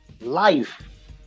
life